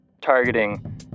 targeting